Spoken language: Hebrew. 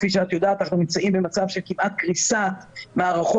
שכפי שאת יודעת אנחנו נמצאים במצב של כמעט קריסת מערכות